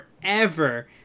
forever